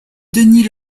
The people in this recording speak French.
denis